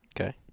Okay